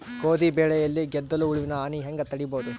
ಗೋಧಿ ಬೆಳೆಯಲ್ಲಿ ಗೆದ್ದಲು ಹುಳುವಿನ ಹಾನಿ ಹೆಂಗ ತಡೆಬಹುದು?